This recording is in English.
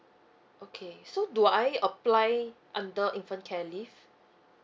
okay so do I apply under infant care leave